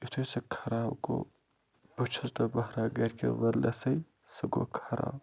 یُتھٕے سُہ خراب گوٚو بہٕ چھُس نہٕ بہران گَرِکٮ۪ن وَنٛنَسٕے سُہ گوٚو خراب